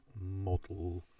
model